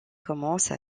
commence